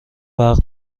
برق